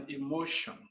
emotion